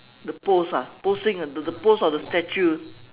the pose ah posing ah the the pose of the statue